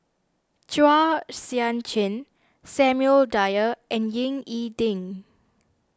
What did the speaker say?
Chua Sian Chin Samuel Dyer and Ying E Ding